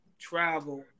travel